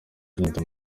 clinton